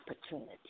opportunity